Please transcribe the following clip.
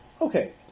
Okay